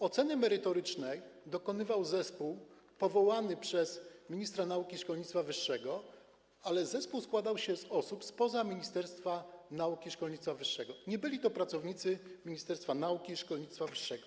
Oceny merytorycznej dokonywał zespół powołany przez ministra nauki i szkolnictwa wyższego, ale zespół ten składał się z osób spoza Ministerstwa Nauki i Szkolnictwa Wyższego, nie byli to pracownicy Ministerstwa Nauki i Szkolnictwa Wyższego.